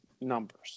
numbers